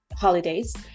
holidays